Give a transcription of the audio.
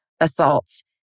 assaults